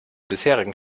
bisherigen